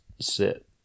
sit